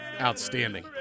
outstanding